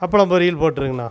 அப்பளம் பொரியல் போட்டுருங்கண்ணா